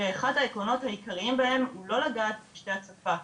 שאחד העקרונות העיקריים בהם הוא לא לגעת בפשטי הצפה,